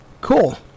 Cool